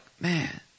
man